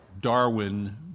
Darwin